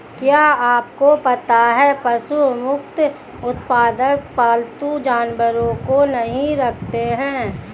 क्या आपको पता है पशु मुक्त उत्पादक पालतू जानवरों को नहीं रखते हैं?